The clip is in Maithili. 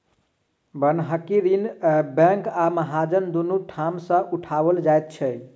बन्हकी ऋण बैंक आ महाजन दुनू ठाम सॅ उठाओल जाइत छै